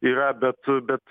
yra bet bet